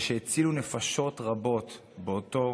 ושהצילו נפשות רבות באותו